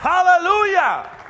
Hallelujah